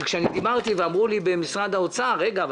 כאשר דיברתי ואמרו לי במשרד האוצר: רגע אבל